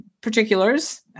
particulars